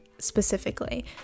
specifically